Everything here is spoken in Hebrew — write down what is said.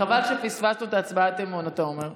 חבל שפספסנו את הצבעת האי-אמון, אתה אומר.